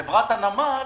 חברת הנמל,